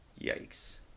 yikes